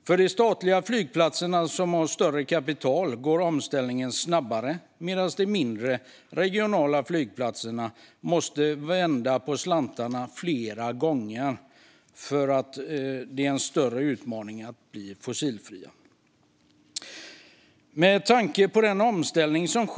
För de statliga flygplatserna, som har större kapital, går omställningen snabbare medan det för de mindre, regionala flygplatserna, som måste vända på slantarna flera gånger, är en större utmaning.